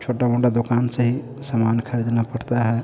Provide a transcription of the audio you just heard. छोटी मोटी दुकान से ही सामान ख़रीदना पड़ता है